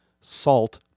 salt